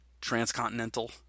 transcontinental